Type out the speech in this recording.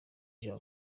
jean